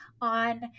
on